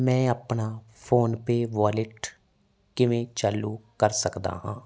ਮੈਂ ਆਪਣਾ PhonePe wallet ਕਿਵੇਂ ਚਾਲੂ ਕਰ ਸਕਦਾ ਹਾਂ